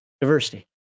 diversity